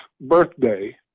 birthday